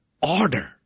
order